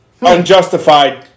unjustified